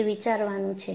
એ વિચારવાનું છે